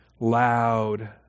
loud